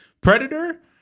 Predator